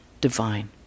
divine